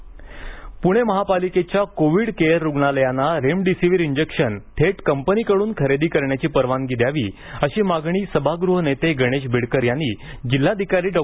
महापालिका प्णे महापालिकेच्या covid care रुग्णालयांना रेमडीसिव्हीर इंजेक्शन थेट कंपनीकडून खरेदी करण्याची परवानगी द्यावी अशी मागणी सभागृह नेते गणेश बिडकर यांनी जिल्हाधिकारी डॉ